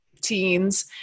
teens